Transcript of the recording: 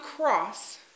cross